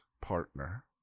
partner